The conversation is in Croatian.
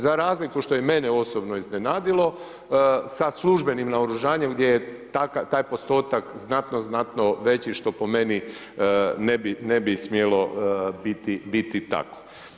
Za razliku što je i mene osobno iznenadilo sa službenim naoružanjem gdje je taj postotak znatno, znatno veći što po meni ne bi smjelo biti tako.